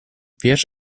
wiesz